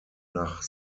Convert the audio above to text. nach